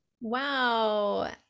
Wow